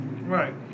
Right